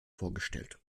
vorgestellt